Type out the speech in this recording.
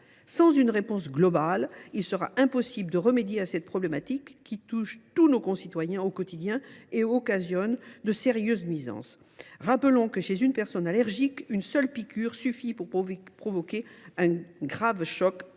Sans réponse globale, il sera impossible de remédier à cette problématique qui touche tous nos concitoyens au quotidien et occasionne de sérieuses nuisances. Je rappelle qu’une seule piqûre suffit pour provoquer un grave choc